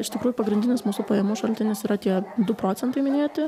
iš tikrųjų pagrindinis mūsų pajamų šaltinis yra tie du procentai minėti